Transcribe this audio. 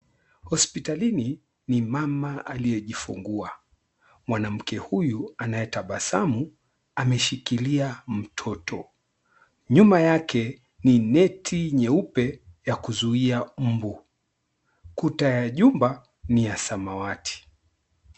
Hospitalini ni mama aliyejifungua. Mwanamke huyu anayetabasamu, ameshikilia mtoto. Nyuma yake ni neti nyeupe ya kuzuia mbu. Kuta ya jumba ni ya samawati.